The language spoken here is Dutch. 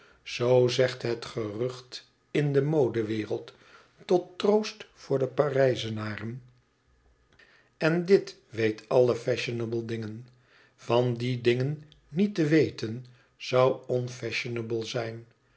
zoo zegt het gerucht in de modewereld tot troost voor de parij zenar en en dit weet alle fashionable dingen van die dingen niet te weten zou on fashionable zijn